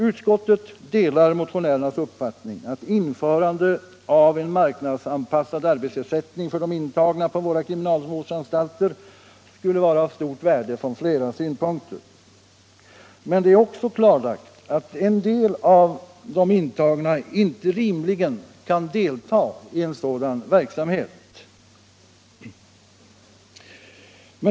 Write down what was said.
Utskottet delar motionärernas uppfattning att införande av en marknadsanpassad arbetsersättning för de intagna på våra kriminalvårdsanstalter skulle vara av stort värde från flera synpunkter. Men det är också klarlagt att en del av de intagna inte rimligen kan delta i en sådan verksamhet.